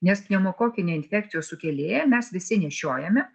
nes pneumokokinį infekcijos sukėlėją mes visi nešiojame